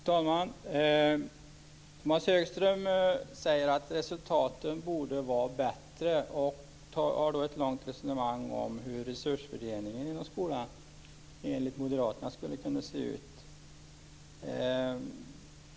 Fru talman! Tomas Högström säger att resultaten borde vara bättre, och har ett långt resonemang om hur resursfördelningen inom skolan enligt Moderaterna skulle kunna se ut.